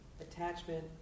attachment